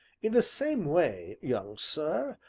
in the same way, young sir,